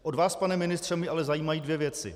Od vás, pane ministře, mě ale zajímají dvě věci.